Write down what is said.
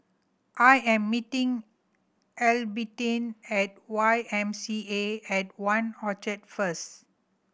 I am meeting Albertine at Y M C A at One Orchard first